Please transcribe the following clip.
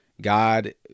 God